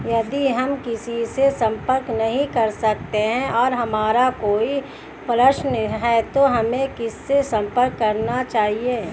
यदि हम किसी से संपर्क नहीं कर सकते हैं और हमारा कोई प्रश्न है तो हमें किससे संपर्क करना चाहिए?